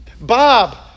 Bob